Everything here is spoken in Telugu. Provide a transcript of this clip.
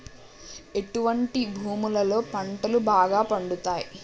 ఎటువంటి భూములలో పంటలు బాగా పండుతయ్?